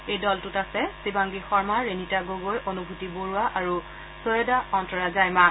এই দলটোত আছে শিৱাংগী শৰ্মা ৰেনিতা গগৈ অনুভূতি বৰুৱা আৰু ছৈয়দা অন্তৰা জায়মা